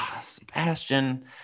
Sebastian